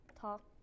talk